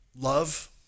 Love